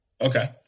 Okay